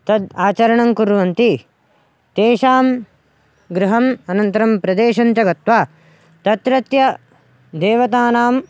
तद् आचरणं कुर्वन्ति तेषां गृहम् अनन्तरं प्रदेशञ्च गत्वा तत्रत्य देवतानाम्